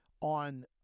on